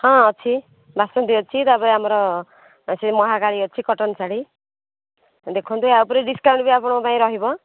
ହଁ ଅଛି ବାସନ୍ତୀ ଅଛି ତା'ପରେ ଆମର ଅଛି ସେ ମହାକାଳୀ ଅଛି କଟନ୍ ଶାଢ଼ୀ ଦେଖନ୍ତୁ ଏହା ଉପରେ ଡିସ୍କାଉଣ୍ଟ୍ ବି ଆପଣଙ୍କ ପାଇଁ ରହିବ